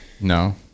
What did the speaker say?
No